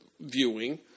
viewing